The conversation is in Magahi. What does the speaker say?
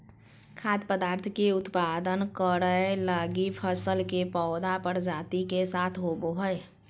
खाद्य पदार्थ के उत्पादन करैय लगी फसल के पौधा प्रजाति के साथ होबो हइ